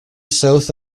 south